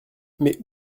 mais